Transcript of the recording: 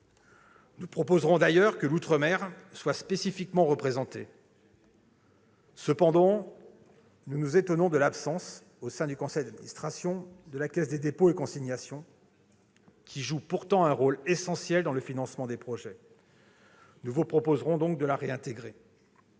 Nous proposerons d'ailleurs que l'outre-mer soit spécifiquement représenté. Cependant, nous nous étonnons de l'absence, au sein du conseil d'administration, de la Caisse des dépôts et consignations, qui joue pourtant un rôle essentiel dans le financement des projets. Nous vous proposerons donc de la réintégrer.